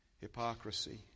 hypocrisy